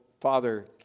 Father